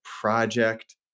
project